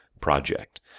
project